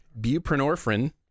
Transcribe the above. buprenorphine